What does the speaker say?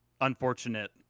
unfortunate